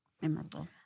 memorable